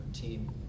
team